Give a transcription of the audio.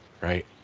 Right